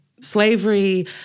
slavery